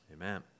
amen